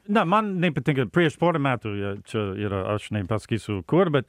ne man nepatinka prieš porą metų jie čia yra aš nepasakysiu kur bet